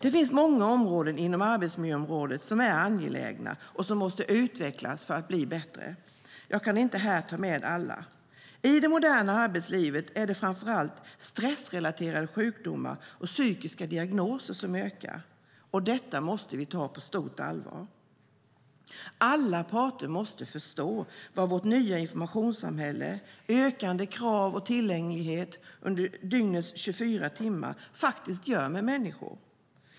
Det finns många områden inom arbetsmiljöområdet som är angelägna och som måste utvecklas för att bli bättre. Jag kan inte ta med alla här. I det moderna arbetslivet är det framför allt stressrelaterade sjukdomar och psykiska diagnoser som ökar. Detta måste vi ta på stort allvar. Alla parter måste förstå vad vårt nya informationssamhälle och ökande krav och tillgänglighet under dygnets 24 timmar gör med människor.